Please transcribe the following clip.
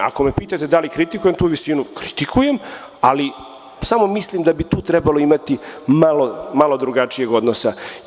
Ako me pitate da li kritikujem tu visinu, kritikujem, ali samo mislim da bi tu trebalo imati malo drugačijeg odnosa.